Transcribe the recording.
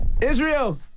Israel